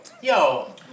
Yo